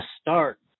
start